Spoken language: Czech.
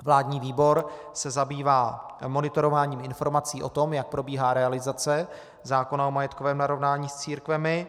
Vládní výbor se zabývá monitorováním informací o tom, jak probíhá realizace zákona o majetkovém narovnání s církvemi.